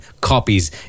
copies